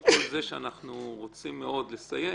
עם כל זה שאנחנו רוצים מאוד לסיים,